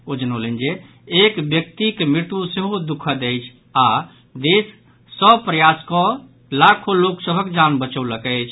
ओ जनौलनि जे एक व्यक्तिक मृत्यू सेहो द्रःखद अछि आओर देश सभ प्रयास कऽ लाखो लोक सभक जान बचौलक अछि